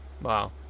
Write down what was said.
Wow